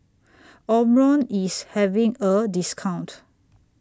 Omron IS having A discount